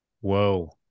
Whoa